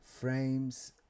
Frames